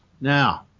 Now